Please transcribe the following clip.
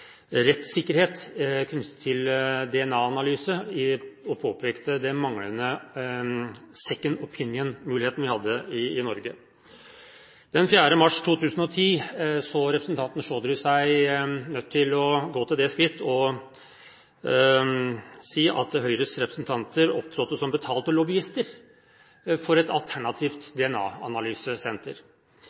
rettssikkerhet knyttet til DNA-analyse og påpekte den manglende «second opinion»-muligheten man hadde i Norge. Den 4. mars 2010 så representanten Chaudhry seg nødt til å gå til det skritt å si at Høyres representanter opptrådte som betalte lobbyister for et alternativt